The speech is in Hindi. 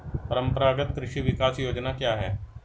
परंपरागत कृषि विकास योजना क्या है?